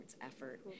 effort